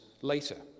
later